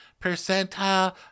percentile